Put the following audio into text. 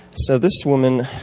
so this woman,